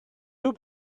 two